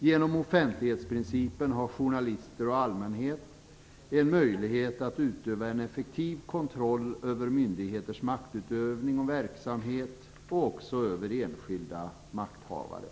Genom offentlighetsprincipen har journalister och allmänhet en möjlighet att utöva en effektiv kontroll över myndigheters maktutövning och verksamhet och också över enskilda makthavare.